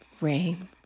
rain